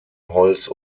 holz